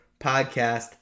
podcast